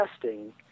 testing